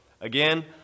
again